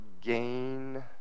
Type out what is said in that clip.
gain